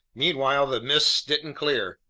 meanwhile the mists didn't clear,